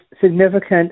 significant